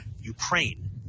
Ukraine